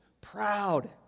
Proud